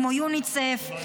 כמו יוניסף,